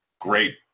Great